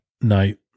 night